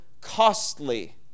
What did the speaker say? costly